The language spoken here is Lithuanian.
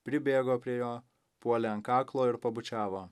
pribėgo prie jo puolė ant kaklo ir pabučiavo